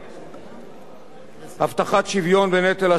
הבטחת שוויון בנטל השירות לאזרחי המדינה,